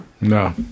No